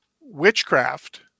witchcraft